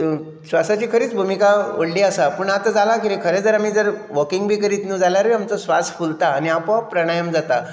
स्वासाची खरीत भुमिका व्हडली आसा पूण आतां जाला कितें खरें जर आमी जर वॉकिंग बी करीत न्हू जाल्यारूय आमचो स्वास फुलता आनी आपो आप प्राणायम जाता